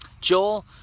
Joel